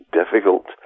difficult